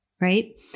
right